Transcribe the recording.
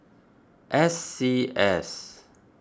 S C S